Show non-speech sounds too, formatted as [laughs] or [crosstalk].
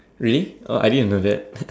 really oh I didn't know that [laughs]